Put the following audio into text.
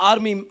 army